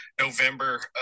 November